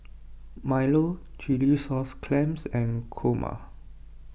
Milo Chilli Sauce Clams and Kurma